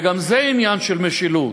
וגם זה עניין של משילות,